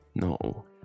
No